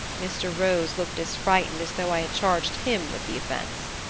mr. rose looked as frightened as though i had charged him with the offense.